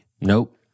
Nope